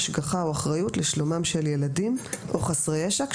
השגחה או אחריות לשלומם של ילדים או חסרי ישע.